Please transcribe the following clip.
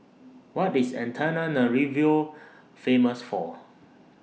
What IS Antananarivo Famous For